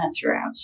throughout